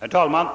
Herr talman!